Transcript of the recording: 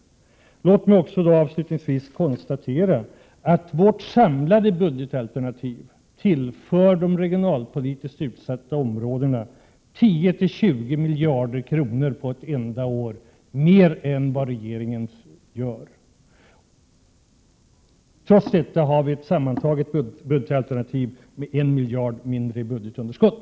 Låt mig avslutningsvis också konstatera att vårt samlade budgetalternativ på ett enda år tillför de regionalpolitiskt utsatta områdena 10—20 miljarder kronor mer än regeringens förslag. Trots detta har vi sammantaget ett budgetalternativ som medför 1 miljard kronor mindre i budgetunderskott.